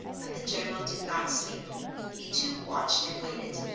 but the general did not sleep he too watched and waited,